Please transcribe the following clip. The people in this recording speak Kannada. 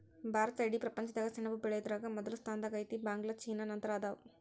ಭಾರತಾ ಇಡೇ ಪ್ರಪಂಚದಾಗ ಸೆಣಬ ಬೆಳಿಯುದರಾಗ ಮೊದಲ ಸ್ಥಾನದಾಗ ಐತಿ, ಬಾಂಗ್ಲಾ ಚೇನಾ ನಂತರ ಅದಾವ